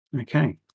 Okay